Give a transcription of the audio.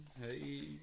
Hey